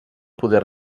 poder